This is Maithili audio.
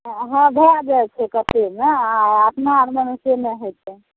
हँ भए जाइ छै कतेकमे आओर अपना आओरमे से नहि होइ छै